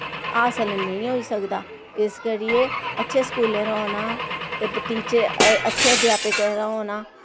हासल नेईं होई सकदा इस करियै अच्छे स्कूलें दा होना ते टीचर अच्छे अध्यापकें दा होना